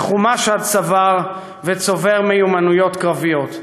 מחומש עד צוואר וצובר מיומנויות קרביות.